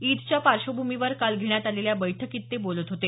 ईदच्या पार्श्वभूमीवर काल घेण्यात आलेल्या बैठकीत ते काल बोलत होते